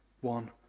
one